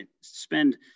spend